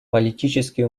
политически